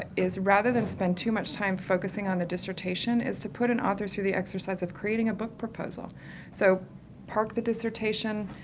is rather than spend too much time focusing on the dissertation, is to put an author through the exercise of creating a book proposal so park the dissertation,